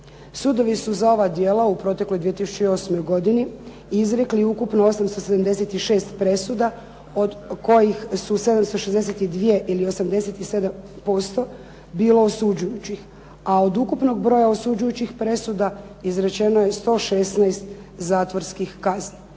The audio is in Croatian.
Sudovi su za ova djela u protekloj 2008. godini, izrekli ukupno 876 presuda od kojih 762 ili 87% bilo osuđujućih. A od ukupnog broja osuđujućih presuda izrečeno je 116 zatvorskih kazni.